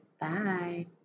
Bye